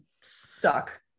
suck